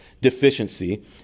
deficiency